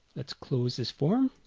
let's close this form